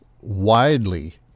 widely